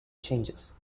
changes